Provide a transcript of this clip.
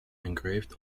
engraved